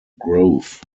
grove